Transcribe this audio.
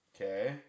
Okay